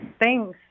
Thanks